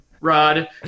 rod